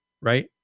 right